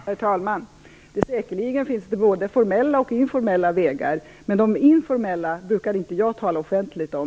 Herr talman! Säkerligen finns det både formella och informella vägar, men de informella brukar inte jag tala offentligt om.